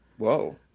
whoa